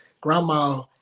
Grandma